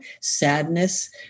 sadness